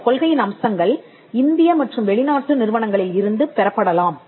இந்தக் கொள்கையின் அம்சங்கள் இந்திய மற்றும் வெளிநாட்டு நிறுவனங்களில் இருந்து பெறப்படலாம்